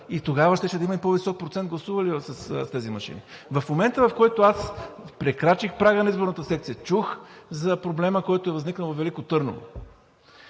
и тогава щеше да има по-висок процент гласували с тези машини. В момента, в който прекрачих прага на изборната секция, чух за проблема, който е възникнал във Велико Търново,